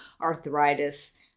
arthritis